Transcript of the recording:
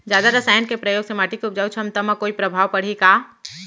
जादा रसायन के प्रयोग से माटी के उपजाऊ क्षमता म कोई प्रभाव पड़ही का?